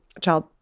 child